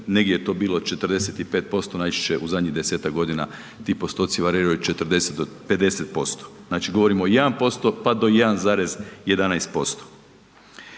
negdje je to bilo 45% najčešće u zadnjih 10-tak godina ti postoci variraju od 40 do 50%. Znači govorimo o 1%, pa do 1,11%.